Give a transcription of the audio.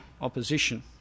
Opposition